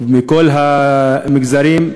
מכל המגזרים,